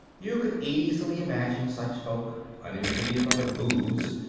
you could easily imagine such folk, unimpeded by the boobs,